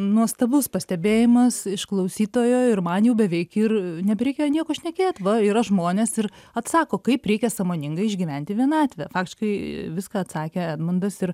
nuostabus pastebėjimas iš klausytojo ir man jau beveik ir nebereikėjo nieko šnekėt va yra žmonės ir atsako kaip reikia sąmoningai išgyventi vienatvę faktiškai viską atsakė edmundas ir